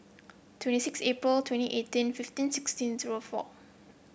twenty six April twenty eighteen fifteen sixteen zero four